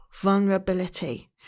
vulnerability